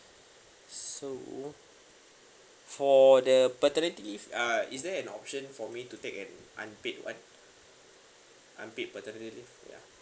so for the paternity leave uh is there an option for me to take an unpaid one unpaid paternity leave ya